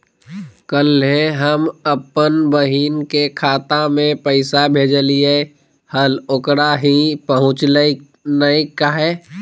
कल्हे हम अपन बहिन के खाता में पैसा भेजलिए हल, ओकरा ही पहुँचलई नई काहे?